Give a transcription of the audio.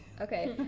Okay